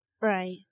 Right